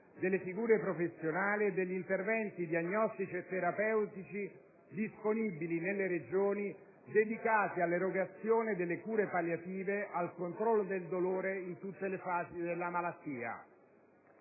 delle figure professionali e degli interventi diagnostici e terapeutici disponibili nelle Regioni, dedicati all'erogazione delle cure palliative e al controllo del dolore in tutte le fasi della malattia.